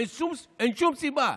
אין שום סיבה,